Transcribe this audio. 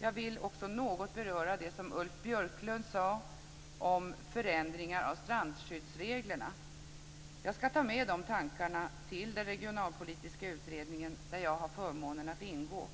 Jag vill också något beröra det som Ulf Björklund sade om förändringar av strandskyddsreglerna. Jag ska ta med mig de tankarna till den regionalpolitiska utredningen, där jag har förmånen att ingå.